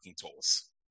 tools